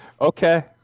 okay